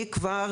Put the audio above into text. אני כבר